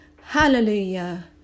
Hallelujah